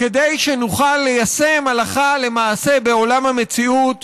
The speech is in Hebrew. כדי שנוכל ליישם הלכה למעשה בעולם המציאות